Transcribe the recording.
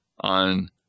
on